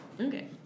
Okay